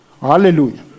Hallelujah